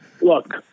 look